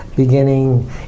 Beginning